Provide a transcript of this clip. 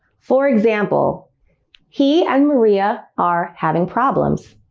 for example he and maria are having problems